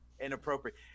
inappropriate